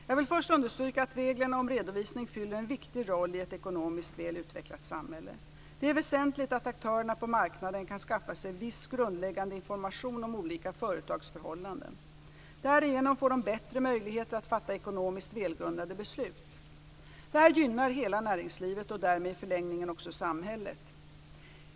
Jag vill först understryka att reglerna om redovisning fyller en viktig roll i ett ekonomiskt väl utvecklat samhälle. Det är väsentligt att aktörerna på marknaden kan skaffa sig viss grundläggande information om olika företags förhållanden. Därigenom får de bättre möjligheter att fatta ekonomiskt välgrundade beslut. Detta gynnar hela näringslivet och därmed i förlängningen också samhället.